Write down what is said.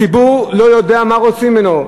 הציבור לא יודע מה רוצים ממנו.